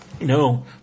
No